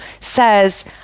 says